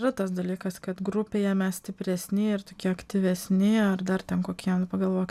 yra tas dalykas kad grupėje mes stipresni ir tokie aktyvesni ar dar ten kokie nu pagalvokit